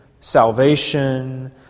salvation